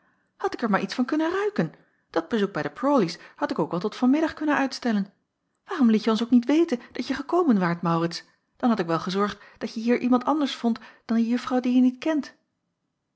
had ik er maar iets van kunnen ruiken dat bezoek bij de prawleys had ik ook wel tot van middag kunnen uitstellen waarom lietje ons ook niet weten dat je gekomen waart maurits dan had ik wel gezorgd dat je hier iemand anders vondt dan de juffrouw die je niet kent